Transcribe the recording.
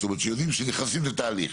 זאת אומרת שיודעים שנכנסים לתהליך.